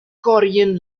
korean